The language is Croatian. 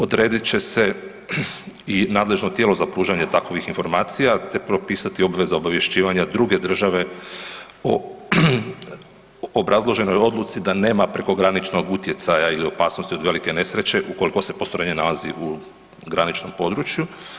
Odredit će se i nadležno tijelo za pružanje takovih informacija, te propisati obveza obavješćivanja druge države o obrazloženoj odluci da nema prekograničnog utjecaja ili opasnosti od velike nesreće ukoliko se postrojenje nalazi u graničnom području.